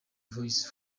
voice